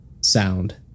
sound